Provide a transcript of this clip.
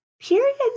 periods